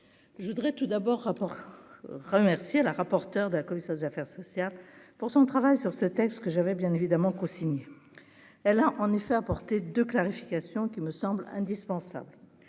je voudrais tout d'abord rapport remercier le rapporteur de la commission des affaires sociales, pour son travail sur ce texte que j'avais bien évidemment co-signé, elle a en effet apporté de clarifications qui me semble indispensable